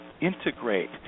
integrate